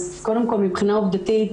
אז קודם כל מבחינה עובדתית,